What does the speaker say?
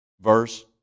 verse